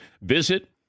Visit